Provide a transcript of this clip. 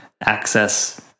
access